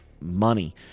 money